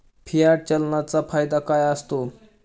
Fiat चलनाचा फायदा काय असतो?